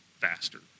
faster